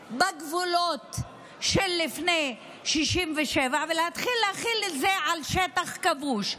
בגבולות של לפני 67' ולהתחיל להחיל את זה על שטח כבוש,